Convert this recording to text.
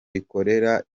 rikorera